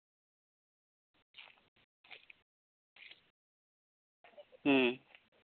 ᱦᱩᱸ